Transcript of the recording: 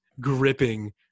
gripping